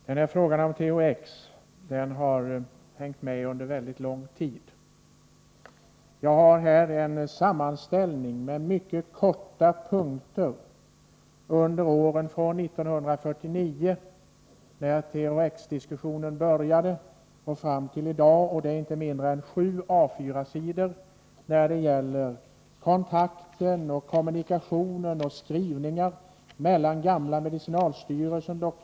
Herr talman! Frågan om THX har hängt med under mycket lång tid. Jag har här en sammanställning i form av korta punkter rörande vad som hänt när det gäller kontakter och kommunikation av olika slag mellan gamla medicinalstyrelsen och dr Sandberg och nuvarande socialstyrelsen och dr Sandberg under tiden från 1949, när THX-diskussionen började och fram till i dag.